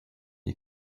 die